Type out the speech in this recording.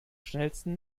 schnellsten